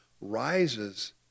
rises